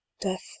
Death